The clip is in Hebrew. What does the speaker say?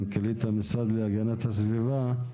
מנכ"לית המשרד להגנת הסביבה.